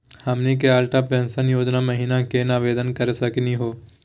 हमनी के अटल पेंसन योजना महिना केना आवेदन करे सकनी हो?